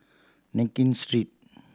Nankin Street